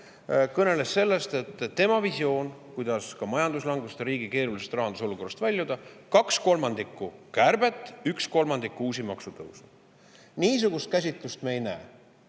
kõneles sellest, et tema visioon, kuidas majanduslangusest ja keerulisest riigi rahanduse olukorrast väljuda, on see: kaks kolmandikku kärbet, üks kolmandik uusi maksutõuse. Niisugust käsitlust me ei näe